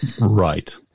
Right